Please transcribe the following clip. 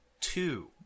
two